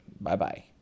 Bye-bye